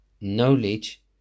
knowledge